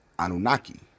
Anunnaki